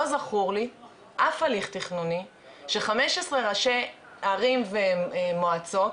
לא זכור לי אף הליך תכנוני ש-15 ראשי ערים ומועצות,